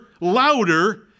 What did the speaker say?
louder